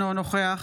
אינו נוכח